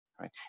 right